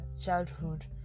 childhood